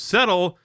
Settle